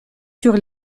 sur